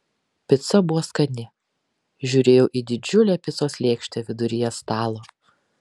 pica buvo skani žiūrėjau į didžiulę picos lėkštę viduryje stalo